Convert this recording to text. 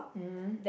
mmhmm